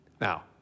Now